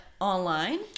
Online